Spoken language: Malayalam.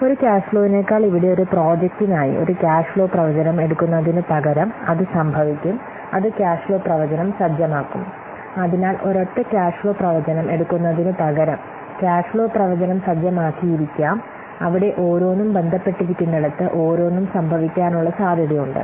ഒരു ക്യാഷ് ഫ്ലോവിനേക്കാൾ ഇവിടെ ഒരു പ്രോജക്റ്റിനായി ഒരൊറ്റ ക്യാഷ് ഫ്ലോ പ്രവചനം എടുക്കുന്നതിനുപകരം ക്യാഷ് ഫ്ലോ പ്രവചനം സജ്ജമാക്കിയിരിക്കാം അവിടെ ഓരോന്നും ബന്ധപ്പെട്ടിരിക്കുന്നിടത്ത് ഓരോന്നും സംഭവിക്കാനുള്ള സാധ്യതയുണ്ട്